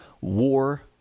war